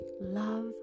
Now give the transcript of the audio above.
Love